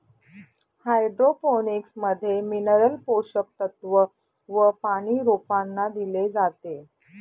hydroponics मध्ये mineral पोषक तत्व व पानी रोपांना दिले जाते